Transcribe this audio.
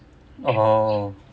oh